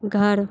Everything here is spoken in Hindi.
घर